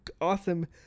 awesome